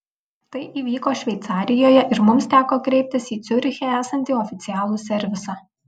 tai įvyko šveicarijoje ir mums teko kreiptis į ciuriche esantį oficialų servisą